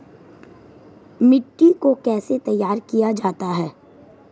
मिट्टी को कैसे तैयार किया जाता है?